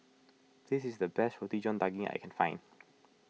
this is the best Roti John Daging I can find